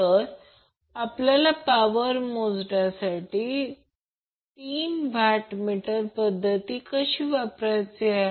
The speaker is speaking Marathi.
तर हे दुसऱ्या वॅटमीटरचे रीडिंग आहे